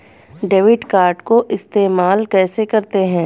Debit card को इस्तेमाल कैसे करते हैं?